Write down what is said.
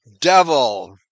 devil